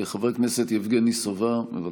חבר הכנסת יבגני סובה, בבקשה.